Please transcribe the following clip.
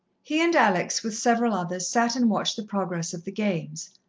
he and alex, with several others, sat and watched the progress of the games.